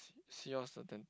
sea seahorse